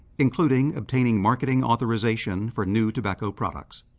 including obtaining marketing authorization for new tobacco products.